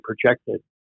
projected